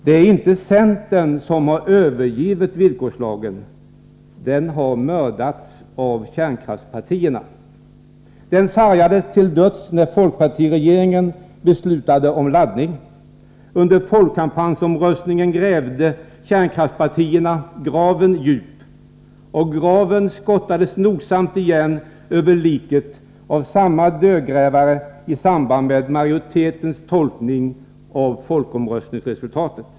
Det är inte centern som har övergivit villkorslagen. Den har mördats av kärnkraftspartierna. Den sargades till döds när folkpartiregeringen beslutade om laddning. Under kampanjen i samband med folkomröstningen grävde kärnkraftspartierna graven djup, och graven skottades nogsamt igen över liket av samma dödgrävare i samband med majoritetens tolkning av folkomröstningsresultatet.